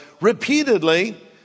repeatedly